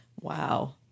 Wow